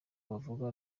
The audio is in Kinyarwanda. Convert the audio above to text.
bavuga